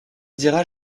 dira